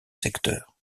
secteur